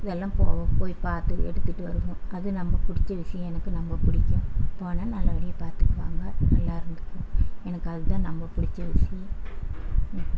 இதெல்லாம் போ போய் பார்த்து எடுத்துகிட்டு வருவோம் அது ரொம்ப பிடிச்ச விஷயம் எனக்கு ரொம்பப் பிடிக்கும் போனால் நல்லபடியாக பார்த்துக்குவாங்க எல்லோரும் எனக்கு அது தான் ரொம்பப் பிடிச்ச விஷயம்